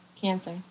Cancer